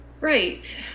Right